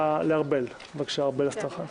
בבקשה, ארבל אסטרחן.